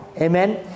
Amen